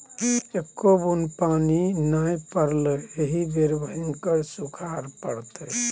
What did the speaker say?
एक्को बुन्न पानि नै पड़लै एहि बेर भयंकर सूखाड़ पड़तै